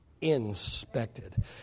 inspected